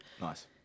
Nice